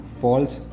false